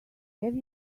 have